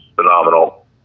phenomenal